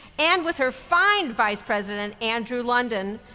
and with her fine vice president andrew london,